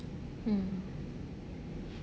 mm